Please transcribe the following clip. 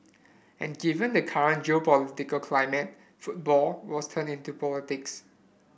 and given the current geopolitical climate football was turned into politics